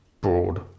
broad